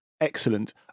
excellent